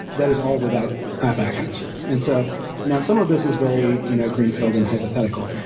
that is all without app actions. and so now some of this is very you know greenfield and hypothetical,